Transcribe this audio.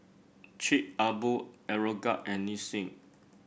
Chic A Boo Aeroguard and Nissin